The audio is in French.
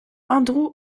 andrew